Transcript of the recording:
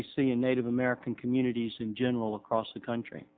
we see a native american communities in general across the country